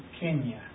Kenya